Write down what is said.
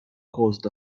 caused